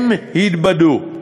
הם התבדו.